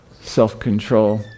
self-control